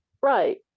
right